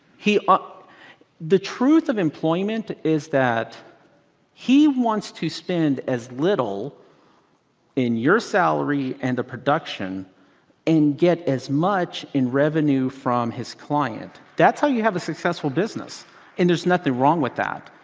ah the truth of employment is that he wants to spend as little in your salary and the production and get as much in revenue from his client. that's how you have a successful business and there's nothing wrong with that.